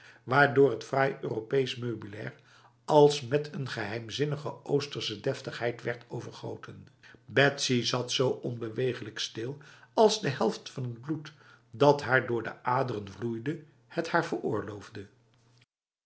waardoor het fraai europees meubilair als met n geheimzinnige oosterse deftigheid werd overtogen betsy zat zo onbeweeglijk stil als de helft van t bloed dat haar door de aderen vloeide het haar